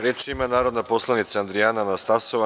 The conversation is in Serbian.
Reč ima narodna poslanica Andrijana Anastasov.